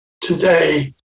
today